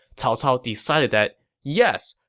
cao cao decided that yes,